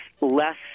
less